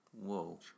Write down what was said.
Whoa